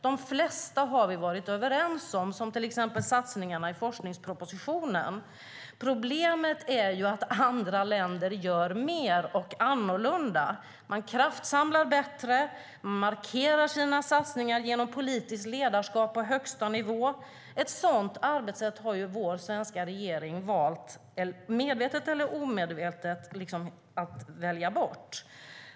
De flesta har vi varit överens om, till exempel satsningarna i forskningspropositionen. Problemet är att andra länder gör mer och på annat sätt. De kraftsamlar bättre. De markerar sina satsningar genom politiskt ledarskap på högsta nivå. Ett sådant arbetssätt har vår svenska regering medvetet eller omedvetet valt bort.